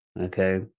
okay